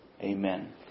Amen